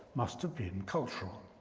must have been cultural.